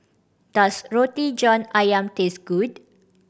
does Roti John Ayam taste good